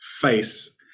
face